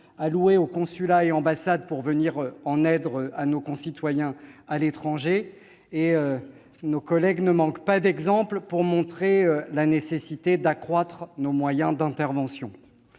alloués aux consulats et ambassades pour venir en aide à nos concitoyens à l'étranger. Ils ne manquent pas d'exemples pour montrer la nécessité d'accroître nos moyens d'intervention.